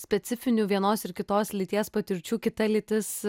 specifinių vienos ir kitos lyties patirčių kita lytis